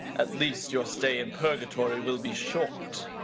at least your stay in purgatory will be short.